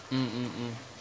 mm mm mm